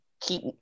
keep